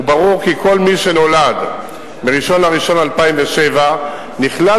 וברור שכל מי שנולד ב-1 בינואר 2007 כבר נכלל